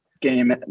game